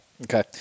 okay